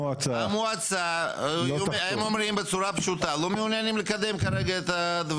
המועצה אומרת בצורה פשוטה: לא מעוניינים לקדם כרגע את הדברים.